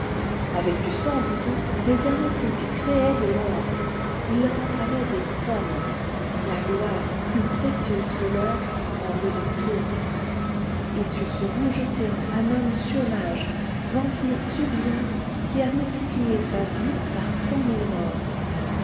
avec du sang dit-on les hermétiques créaient de l'or il leur en fallait des tonnes la gloire plus précieuse que l'or en veut des torrents et sur ce rouge océan un homme surnage vampire sublime qui a multiplié sa vie par cent mille morts